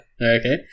Okay